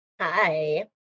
Hi